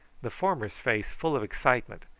the former's face full of excitement,